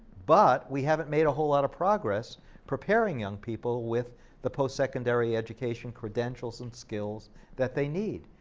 but we haven't made a whole lot of progress preparing young people with the post secondary education credentials and skills that they need.